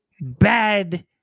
bad